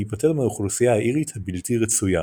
להפטר מהאוכלוסייה האירית הבלתי רצויה.